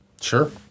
Sure